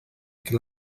que